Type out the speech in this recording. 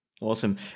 Awesome